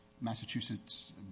Massachusetts